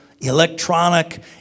electronic